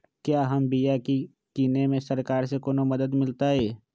क्या हम बिया की किने में सरकार से कोनो मदद मिलतई?